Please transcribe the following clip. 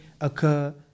occur